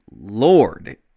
Lord